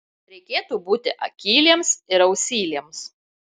reikėtų būti akyliems ir ausyliems